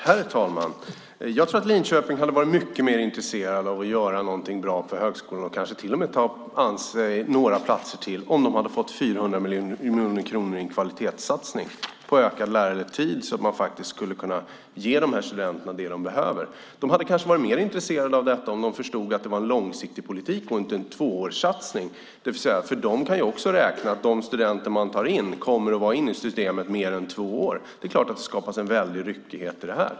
Herr talman! Jag tror att Linköpings universitet hade varit mycket mer intresserat av att göra någonting bra på högskolan och kanske ta sig an några platser till om man hade fått 400 miljoner kronor i kvalitetssatsning och fått ökad lärartid för att kunna ge studenterna det de behöver. De hade kanske varit mer intresserade om de hade vetat att det var en långsiktig politik och inte en tvåårssatsning. De kan också räkna. De studenter som man tar in kommer att vara inne i systemet mer än två år. Det är klart att det skapas en ryckighet med det här.